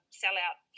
sellout